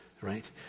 right